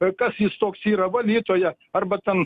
ir kas jis toks yra valytoja arba ten